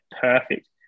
perfect